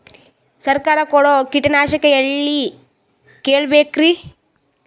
ಸರಕಾರ ಕೊಡೋ ಕೀಟನಾಶಕ ಎಳ್ಳಿ ಕೇಳ ಬೇಕರಿ?